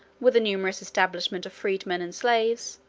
with a numerous establishment of freedmen and slaves,